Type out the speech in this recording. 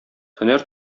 һөнәр